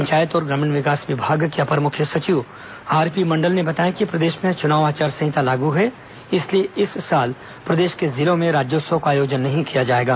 पंचायत और ग्रामीण विकास विभाग के अपर मुख्य सचिव आरपी मंडल ने बताया कि प्रदेश में चुनाव आचार संहिता लागू है इसलिए इस साल प्रदेश के जिलों में राज्योत्सव का आयोजन नहीं किया जाएगा